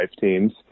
teams